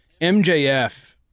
MJF